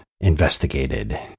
investigated